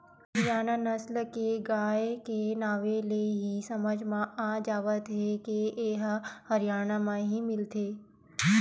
हरियाना नसल के गाय के नांवे ले ही समझ म आ जावत हे के ए ह हरयाना म ही मिलथे